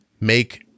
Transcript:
make